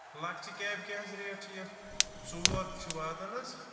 لۄکچہِ کیب کیٛاہ حظ ریٹ چھِ یَتھ ژور چھِ واتان حظ